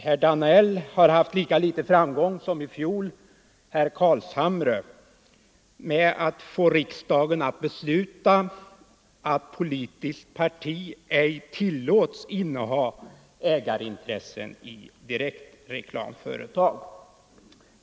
Herr Danell har haft lika litet framgång i år som herr Carlshamre i fjol med att få utskottet att besluta att politiskt parti ej tillåts inneha ägarintressen i direktreklamföretag.